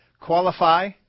Qualify